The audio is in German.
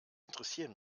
interessieren